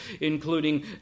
including